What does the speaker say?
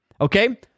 Okay